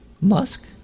Musk